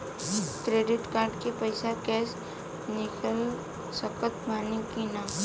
Credit card से पईसा cash निकाल सकत बानी की ना?